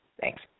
Thanks